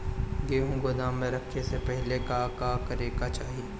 गेहु गोदाम मे रखे से पहिले का का करे के चाही?